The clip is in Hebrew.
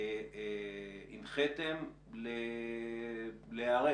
הנחיתם להיערך?